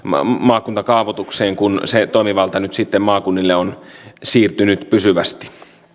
maakuntakaavoitukseen kun se toimivalta nyt sitten maakunnille on siirtynyt pysyvästi